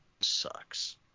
sucks